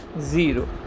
zero